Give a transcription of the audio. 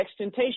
Extentation